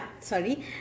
Sorry